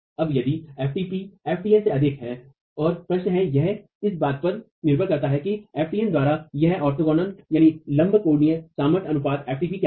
अब यदि ftp ftn से अधिक है और प्रश्न है यह इस बात पर निर्भर करता है कि ftn द्वारा यह ऑर्थोगोनललंब कोणीय सामर्थ्य अनुपात ftp क्या है